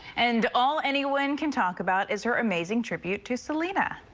and all anyone can talk about is her amazing tribute to so like and